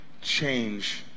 change